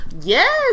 Yes